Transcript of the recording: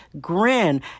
grin